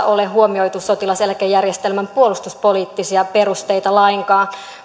ole huomioitu sotilaseläkejärjestelmän puolustuspoliittisia perusteita lainkaan